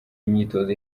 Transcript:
imyitozo